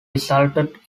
resulted